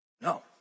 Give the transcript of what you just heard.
No